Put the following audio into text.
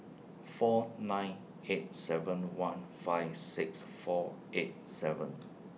four nine eight seven one five six four eight seven